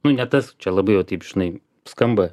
nu ne tas čia labai jau taip žinai skamba